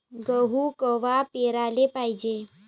गहू कवा पेराले पायजे?